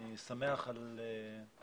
אני שמח על כך